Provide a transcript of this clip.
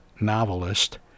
novelist